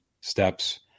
steps